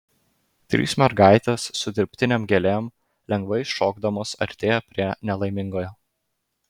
trys mergaitės su dirbtinėm gėlėm lengvai šokdamos artėja prie nelaimingojo